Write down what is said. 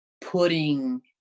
putting